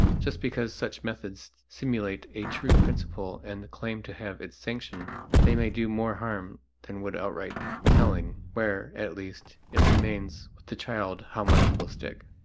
just because such methods simulate a true principle and claim to have its sanction they may do more harm than would outright telling, where, at least, it remains with the child how much will stick.